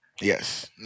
Yes